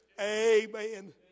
Amen